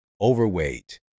overweight